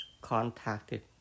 contacted